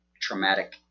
traumatic